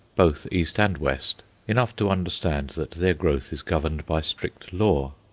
both east and west enough to understand that their growth is governed by strict law.